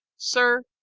sir,